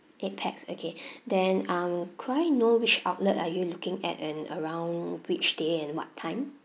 eight pax okay then um could I know which outlet are you looking at and around which day and what time